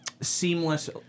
seamless